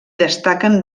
destaquen